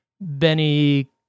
Benny